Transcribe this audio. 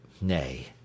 Nay